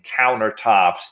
countertops